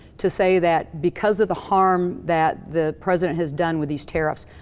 to say that because of the harm that the president has done with these tariffs.